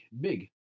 big